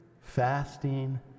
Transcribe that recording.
fasting